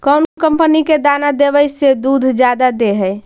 कौन कंपनी के दाना देबए से दुध जादा दे है?